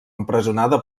empresonada